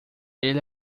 ele